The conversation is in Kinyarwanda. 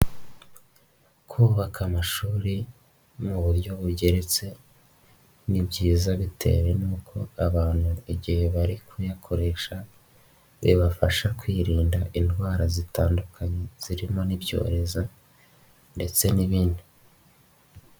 Kubaka amashuri mu buryo bugeretse, ni byizayiza bitewe n'uko abantu igihe bari kuyakoresha bibafasha kwirinda indwara zitandukanye, zirimo n'ibyorezo ndetse n'ibindi.